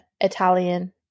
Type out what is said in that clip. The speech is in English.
Italian